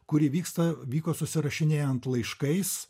kuri vyksta vyko susirašinėjant laiškais